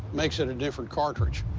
makes it a different cartridge.